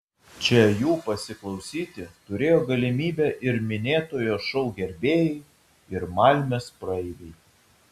čia jų pasiklausyti turėjo galimybę ir minėtojo šou gerbėjai ir malmės praeiviai